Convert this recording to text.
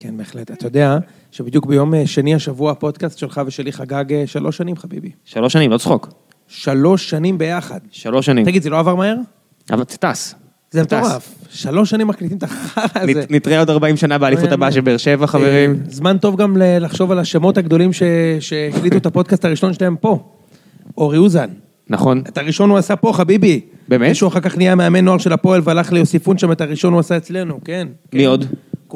כן, בהחלט. את יודע שבדיוק ביום שני השבוע פודקאסט שלך ושלי חגג שלוש שנים, חביבי. שלוש שנים, לא צחוק. שלוש שנים ביחד. שלוש שנים. תגיד, זה לא עבר מהר? אבל טס. זה מטורף. שלוש שנים מקליטים את החרא הזה. נתראה עוד ארבעים שנה באליפות הבאה של באר שבע, חברים. זמן טוב גם לחשוב על השמות הגדולים שהקליטו את הפודקאסט הראשון שלהם פה. אורי אוזן. נכון. את הראשון הוא עשה פה, חביבי. באמת? מי שהוא אחר כך נהיה מאמן נוער של הפועל והלך ליוסיפון שם את הראשון הוא עשה אצלנו, כן. מי עוד?